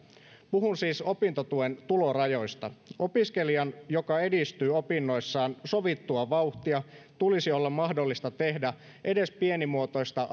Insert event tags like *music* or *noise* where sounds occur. puhun siis opintotuen tulorajoista opiskelijan joka edistyy opinnoissaan sovittua vauhtia tulisi olla mahdollista tehdä edes pienimuotoista *unintelligible*